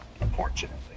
Unfortunately